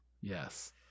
Yes